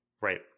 Right